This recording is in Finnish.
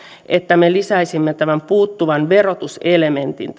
että me lisäisimme tähän kokeiluun tämän puuttuvan verotuselementin